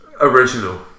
Original